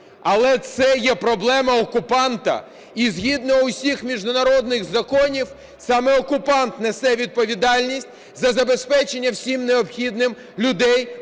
Але це є проблема окупанта, і згідно усіх міжнародних законів саме окупант несе відповідальність за забезпечення всім необхідним людей